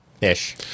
Ish